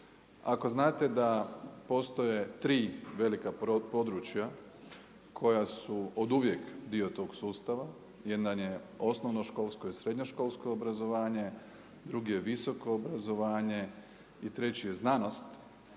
Ako znate da postoje 3 velika područja koja su oduvijek dio tog sustava, jedan je osnovnoškolsko i srednjoškolsko obrazovanje, drugi je visoko obrazovanje i treći je znanost